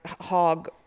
hog